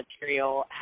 material